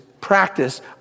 practice